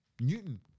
Newton